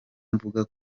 mvuga